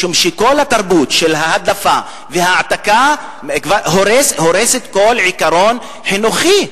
משום שכל התרבות של ההדלפה וההעתקה הורסת כל עיקרון חינוכי.